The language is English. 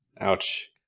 Ouch